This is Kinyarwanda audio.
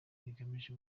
rigamije